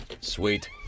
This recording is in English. Sweet